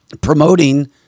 promoting